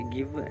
Give